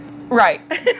Right